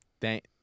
Thank